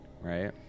Right